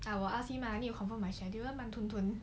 I will ask him lah need confirm my schedule 慢吞吞